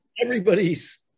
Everybody's